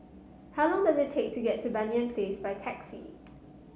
how long does it take to get to Banyan Place by taxi